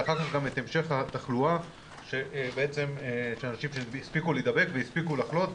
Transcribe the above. ואחר כך גם את המשך התחלואה של אנשים שהספיקו להידבק והספיקו לחלות,